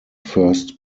first